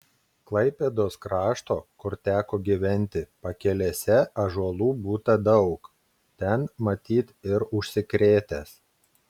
klaipėdos krašto kur teko gyventi pakelėse ąžuolų būta daug ten matyt ir užsikrėtęs